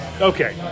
Okay